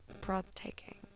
breathtaking